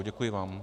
Děkuji vám.